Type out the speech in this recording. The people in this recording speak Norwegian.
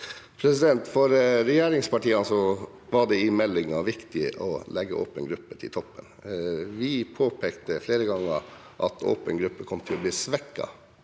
For regje- ringspartiene var det i meldingen viktig å legge åpen gruppe til toppen. Vi påpekte flere ganger at åpen gruppe kom til å bli svekket